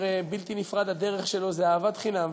הרי בלתי נפרד מהדרך שלו זה אהבת חינם,